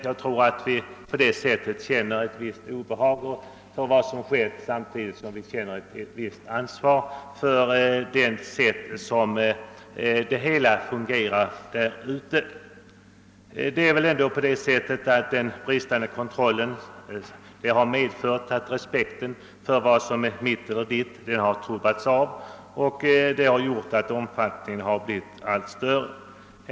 Jag tror därför att vi känner både ett obehag inför det som inträf fat och ett visst ansvar för det sätt på vilket verksamheten där ute fungerat. Den bristande kontrollen har medfört att respekten för vad som är mitt eller ditt har trubbats av, och det har lett till att stöldernas omfattning blivit allt större.